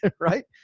Right